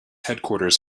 headquarters